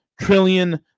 trillion